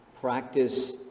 practice